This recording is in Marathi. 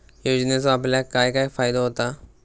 योजनेचो आपल्याक काय काय फायदो होता?